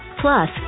Plus